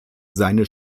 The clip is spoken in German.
seine